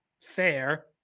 Fair